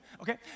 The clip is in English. Okay